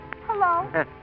Hello